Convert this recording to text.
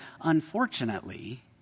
unfortunately